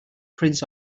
prince